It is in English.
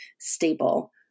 stable